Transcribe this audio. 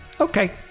okay